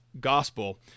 gospel